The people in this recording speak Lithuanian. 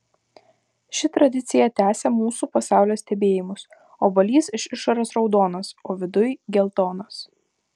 ši tradicija tęsia mūsų pasaulio stebėjimus obuolys iš išorės raudonas o viduj geltonas